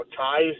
ties